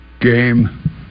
Game